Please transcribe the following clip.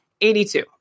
82